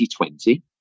2020